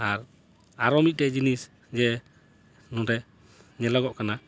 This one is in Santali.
ᱟᱨ ᱟᱨᱚ ᱢᱤᱫᱴᱮᱱ ᱡᱤᱱᱤᱥ ᱡᱮ ᱱᱚᱸᱰᱮ ᱧᱮᱞᱚᱜᱚᱜ ᱠᱟᱱᱟ